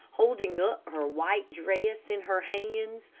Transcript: holding up her white dress in her hands,